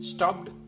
Stopped